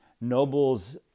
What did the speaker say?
nobles